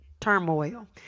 turmoil